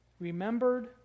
remembered